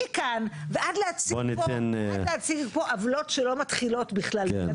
מכאן ועד להציג פה עוולות שלא מתחילות בכלל כן,